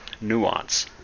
nuance